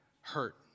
hurt